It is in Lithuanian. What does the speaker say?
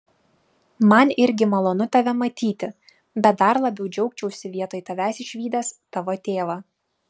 man irgi malonu tave matyti bet dar labiau džiaugčiausi vietoj tavęs išvydęs tavo tėvą